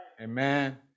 amen